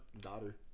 Daughter